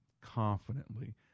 confidently